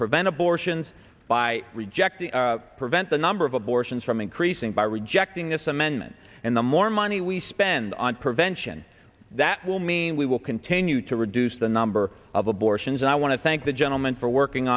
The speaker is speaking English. abortions by rejecting prevent the number of abortions from increasing by rejecting this amendment and the more money we spend on prevention that will mean we will continue to reduce the number of abortions and i want to thank the gentleman for working